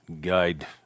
guide